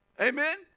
amen